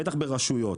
בטח ברשויות,